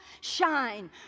shine